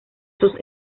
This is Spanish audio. sus